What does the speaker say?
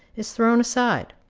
is thrown aside.